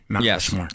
Yes